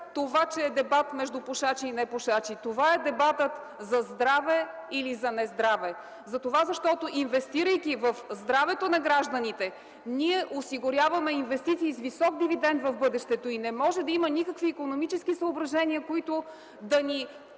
като за дебат между пушачи и непушачи – това е дебатът за здраве или за нездраве. Инвестирайки в здравето на гражданите, ние осигуряваме инвестиции с висок дивидент в бъдещето. Не може да има никакви икономически съображения, които да